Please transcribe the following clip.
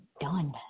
done